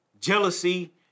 jealousy